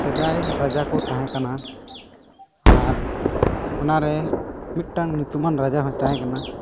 ᱥᱮᱫᱟᱭ ᱨᱟᱡᱟ ᱠᱚ ᱛᱟᱦᱮᱸ ᱠᱟᱱᱟ ᱟᱨ ᱚᱱᱟᱨᱮ ᱢᱤᱫᱴᱟᱱ ᱧᱩᱛᱩᱢᱟᱱ ᱨᱟᱡᱟ ᱦᱚᱭ ᱛᱟᱦᱮᱸ ᱠᱟᱱᱟ